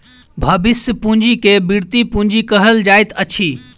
भविष्य पूंजी के वृति पूंजी कहल जाइत अछि